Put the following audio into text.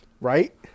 Right